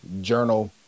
journal